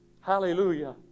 Hallelujah